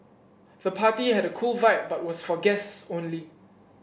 the party had a cool vibe but was for guests only